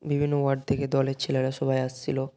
বিভিন্ন ওয়ার্ড থেকে দলের ছেলেরা সবাই আসছিল